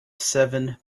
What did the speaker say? seven